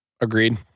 Agreed